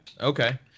Okay